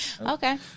Okay